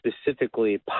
specifically